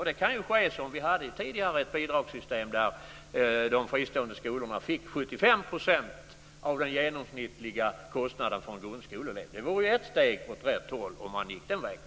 Den kan ske genom ett bidragssystem som det vi hade tidigare där de fristående skolorna fick 75 % av den genomsnittliga kostnaden för en grundskoleelev. Det vore ett steg mot rätt håll om man gick den vägen.